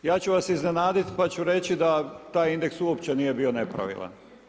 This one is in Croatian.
Ja ću vas iznenaditi pa ću reći da taj indeks uopće nije bio nepravilan.